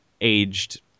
aged